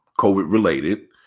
COVID-related